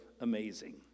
amazing